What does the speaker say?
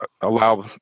allow